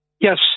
Yes